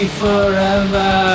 forever